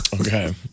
okay